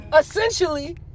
Essentially